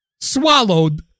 Swallowed